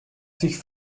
sich